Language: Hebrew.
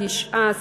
19